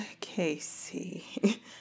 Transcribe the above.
Casey